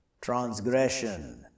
transgression